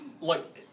look